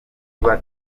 tuba